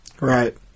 Right